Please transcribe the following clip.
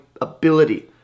ability